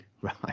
Right